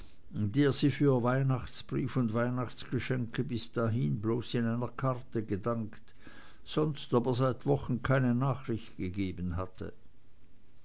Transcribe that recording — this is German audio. der sie für weihnachtsbrief und weihnachtsgeschenke bis dahin bloß in einer karte gedankt sonst aber seit wochen keine nachricht gegeben hatte